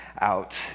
out